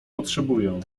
potrzebuję